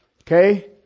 okay